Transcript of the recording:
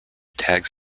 tags